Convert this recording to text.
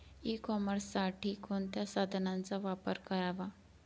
E कॉमर्ससाठी कोणत्या साधनांचा वापर करावा?